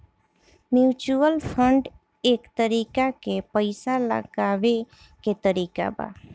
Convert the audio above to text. mutual fund एक तरीका के पइसा लगावे के तरीका बा